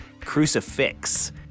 Crucifix